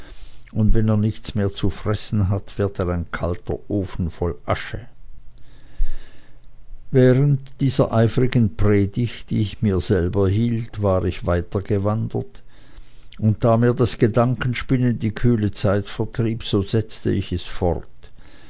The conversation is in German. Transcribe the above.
und wenn er nichts mehr zu fressen hat wird er ein kalter ofen voll asche während dieser eifrigen predigt die ich mir selber hielt war ich weitergewandert und da mir das gedankenspinnen die kühle zeit vertrieb so setzte ich es fort